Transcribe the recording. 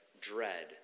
dread